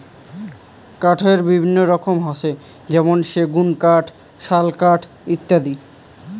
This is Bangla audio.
কাঠের বিভিন্ন রকম হসে যেমন সেগুন কাঠ, শাল কাঠ ইত্যাদি